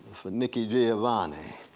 for nikki giovanni,